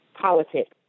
politics